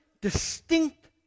distinct